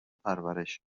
پرورش